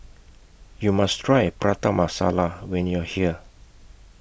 YOU must Try Prata Masala when YOU Are here